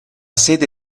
sede